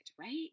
right